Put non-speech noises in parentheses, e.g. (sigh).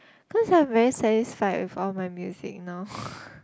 cause I'm very satisfied with all my music now (noise)